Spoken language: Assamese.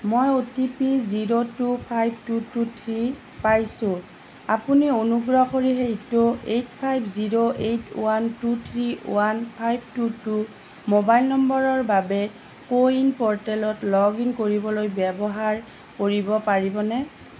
মই O T P zero two five two two three পাইছোঁ আপুনি অনুগ্ৰহ কৰি সেইটো eight five zero eight one two three one five two two mobile নম্বৰৰ বাবে কো ৱিন প'ৰ্টেলত লগ ইন কৰিবলৈ ব্যৱহাৰ কৰিব পাৰিবনে